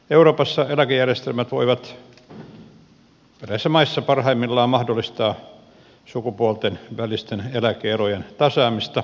euroopassa eläkejärjestelmät voivat eräissä maissa parhaimmillaan mahdollistaa sukupuolten välisten eläke erojen tasaamista